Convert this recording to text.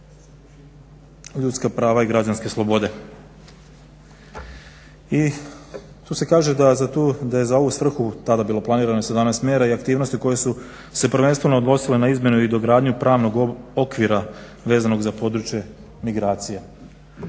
Ljudska prava i građanske slobode. I tu se kaže da je za ovu svrhu tada bilo planirano 17 mera i aktivnosti koje su se prvenstveno odnosile na izmenu i dogradnju pravnog okvira vezanog za područje migracije.